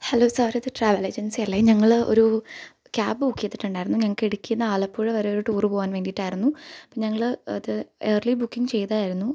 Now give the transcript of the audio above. hello സാറിത് travel എജന്സിയല്ലെ ഞങ്ങള് ഒരു ക്യാബ് ബുക്ക് ചെയ്തിട്ടുണ്ടായിരുന്നു ഞങ്ങൾക്ക് ഇടുക്കിയിൽ നിന്ന് ആലപ്പുഴ വരെ ഒര് ടൂറ് പോകാൻ വേണ്ടിയിട്ടായിരുന്നു അപ്പം ഞങ്ങള് അത് ഏര്ളി ബുക്കിംഗ് ചെയ്തായിരുന്നു